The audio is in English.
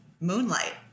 Moonlight